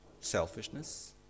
Selfishness